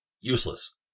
Useless